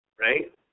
right